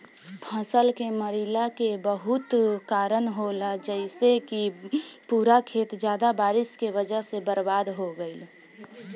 फसल के मरईला के बहुत कारन होला जइसे कि पूरा खेत ज्यादा बारिश के वजह से बर्बाद हो गईल